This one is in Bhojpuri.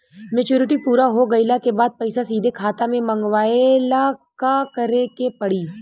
मेचूरिटि पूरा हो गइला के बाद पईसा सीधे खाता में मँगवाए ला का करे के पड़ी?